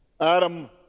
Adam